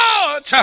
Lord